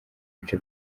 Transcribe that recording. bice